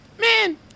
man